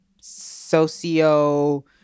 socio